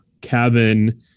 cabin